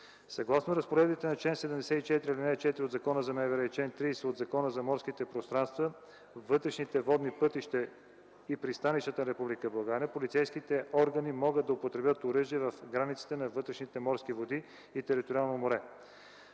Съгласно разпоредбите на чл. 74, ал. 4 от Закона за Министерството на вътрешните работи и чл. 30 от Закона за морските пространства, вътрешните водни пътища и пристанищата на Република България полицейските органи могат да употребят оръжие в границите на вътрешните морски води и териториално море.